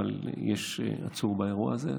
אבל יש עצור באירוע הזה,